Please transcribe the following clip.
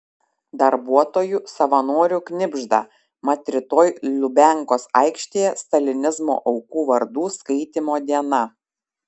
darbuotojų savanorių knibžda mat rytoj lubiankos aikštėje stalinizmo aukų vardų skaitymo diena